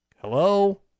Hello